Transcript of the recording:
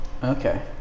Okay